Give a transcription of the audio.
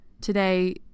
Today